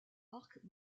arc